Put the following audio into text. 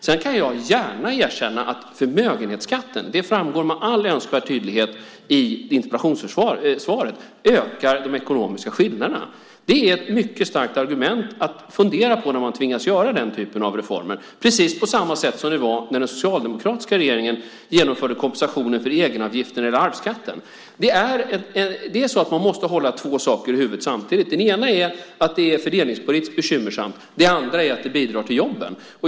Sedan kan jag gärna erkänna att förmögenhetsskatten, vilket med all önskvärd tydlighet också framgår av interpellationssvaret, ökar de ekonomiska skillnaderna. När man tvingas göra den typen av reformer är det ett mycket starkt argument att fundera på, precis på samma sätt som när den socialdemokratiska regeringen genomförde kompensationer för egenavgifter vad gällde arvsskatten. Man måste hålla två saker i huvudet samtidigt. Det ena är att det är fördelningspolitiskt bekymmersamt. Det andra är att det bidrar till jobben.